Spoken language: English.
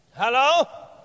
hello